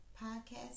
podcast